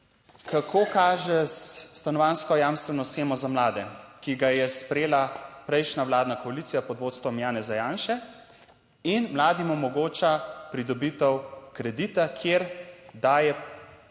kako kaže s stanovanjsko jamstveno shemo za mlade, ki ga je sprejela prejšnja vladna koalicija pod vodstvom Janeza Janše in mladim omogoča pridobitev kredita, kjer daje poroštvo